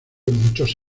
muchos